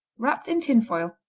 wrapped in tin foil.